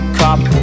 cop